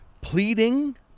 pleading